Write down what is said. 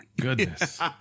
goodness